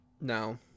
No